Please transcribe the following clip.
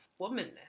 womanness